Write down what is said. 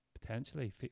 potentially